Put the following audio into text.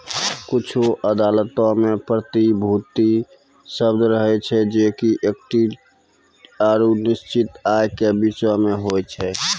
कुछु अदालतो मे प्रतिभूति शब्द रहै छै जे कि इक्विटी आरु निश्चित आय के बीचो मे होय छै